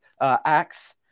Acts